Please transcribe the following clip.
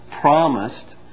promised